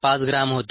5 gram होते